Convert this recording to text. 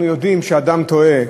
אנחנו יודעים כשאדם טועה,